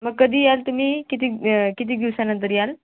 मग कधी याल तुम्ही किती किती दिवसानंतर याल